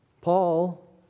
Paul